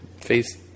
face